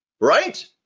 right